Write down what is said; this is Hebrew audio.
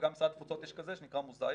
וגם במשרד התפוצות יש כזה שנקרא 'מוזאיק',